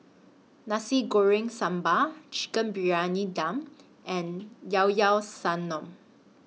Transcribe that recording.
Nasi Goreng Sambal Chicken Briyani Dum and Llao Llao Sanum